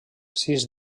sis